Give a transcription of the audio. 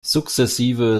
sukzessive